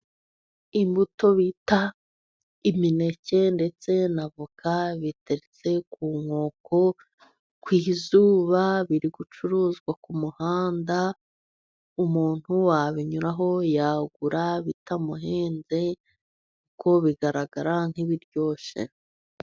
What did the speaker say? Imbuto bita imineke ndetse na avoka biteretse ku nkoko , ku izuba biri gucuruzwa ku muhanda. Umuntu wabinyuraho yagura bitamuhenze kuko bigaragara nk'ibiryoshye.